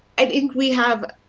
i think we have